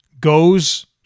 goes